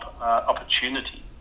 opportunity